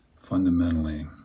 fundamentally